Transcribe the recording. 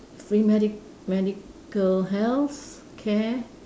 free medic~ medical healthcare